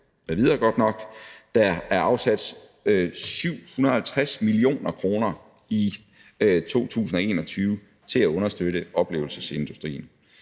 og hoteller m.v. Der er afsat 750 mio. kr. i 2021 til at understøtte oplevelsesindustrien.